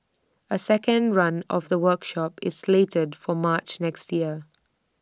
A second run of the workshop is slated for March next year